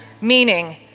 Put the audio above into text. Meaning